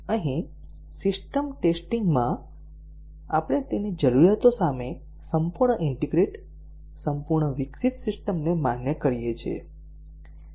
અહીં system testing માં આપણે તેની જરૂરિયાતો સામે સંપૂર્ણ ઈન્ટીગ્રેટ સંપૂર્ણ વિકસિત સિસ્ટમને માન્ય કરીએ છીએ